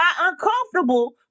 uncomfortable